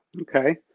Okay